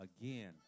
again